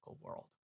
world